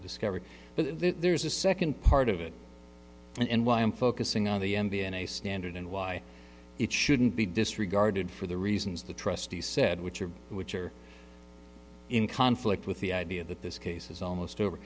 discovery but there's a second part of it and why i'm focusing on the m d n a standard and why it shouldn't be disregarded for the reasons the trustee said which are which are in conflict with the idea that this case is almost over